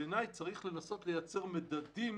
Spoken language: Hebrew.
בעיניי, צריך לנסות לייצר מדדים